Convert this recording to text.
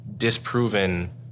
disproven